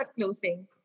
closing